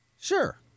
Sure